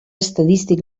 estadístic